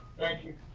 thank you.